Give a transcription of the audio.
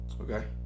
Okay